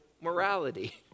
morality